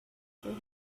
for